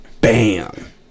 Bam